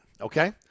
okay